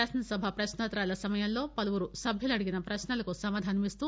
శాసనసభ ప్రక్నోత్తరాల సమయంలో పలువురు సభ్యులు అడిగిన ప్రశ్నలకు సమాధానం ఇస్తూ